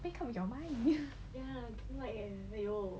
wake up your mind ya I don't like eh !aiyo!